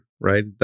right